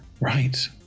Right